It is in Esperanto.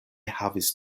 havis